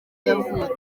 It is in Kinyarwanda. yavutse